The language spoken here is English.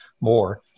more